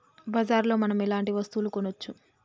బజార్ లో మనం ఎలాంటి వస్తువులు కొనచ్చు?